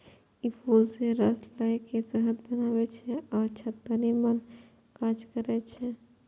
ई फूल सं रस लए के शहद बनबै छै आ छत्ता निर्माणक काज करै छै